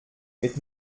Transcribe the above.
mit